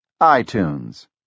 iTunes